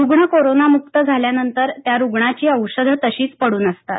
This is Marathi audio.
रुग्ण कोरोना मुक्त झाल्यानंतर त्या रुग्णाची औषधं तशीच पडून असतात